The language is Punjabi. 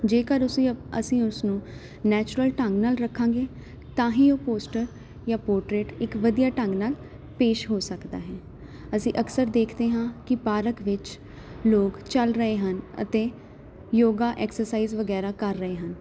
ਜੇਕਰ ਉਸੀਂ ਅਸੀਂ ਉਸਨੂੰ ਨੈਚੁਰਲ ਢੰਗ ਨਾਲ ਰੱਖਾਂਗੇ ਤਾਂ ਹੀ ਉਹ ਪੋਸਟਰ ਜਾਂ ਪੋਰਟਰੇਟ ਇੱਕ ਵਧੀਆ ਢੰਗ ਨਾਲ ਪੇਸ਼ ਹੋ ਸਕਦਾ ਹੈ ਅਸੀਂ ਅਕਸਰ ਦੇਖਦੇ ਹਾਂ ਕਿ ਪਾਰਕ ਵਿੱਚ ਲੋਕ ਚੱਲ ਰਹੇ ਹਨ ਅਤੇ ਯੋਗਾ ਐਕਸਰਸਾਈਜ਼ ਵਗੈਰਾ ਕਰ ਰਹੇ ਹਨ